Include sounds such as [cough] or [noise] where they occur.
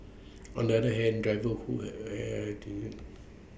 on the other hand drivers who are [unintelligible]